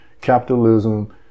Capitalism